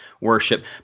worship